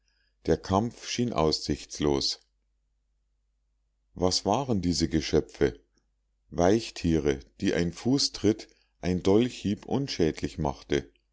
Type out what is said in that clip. der kampf schien aussichtslos was waren diese geschöpfe weichtiere die ein fußtritt ein dolchhieb unschädlich machte